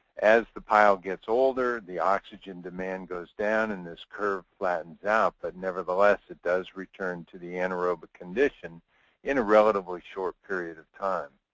as the pile gets older, the oxygen demand goes down and this curve flattens out. but nevertheless, it does return to the anaerobic condition in a relatively short period of time.